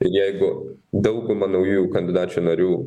jeigu dauguma naujų kandidačių narių